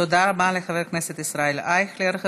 תודה רבה לחבר הכנסת ישראל אייכלר.